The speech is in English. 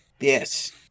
Yes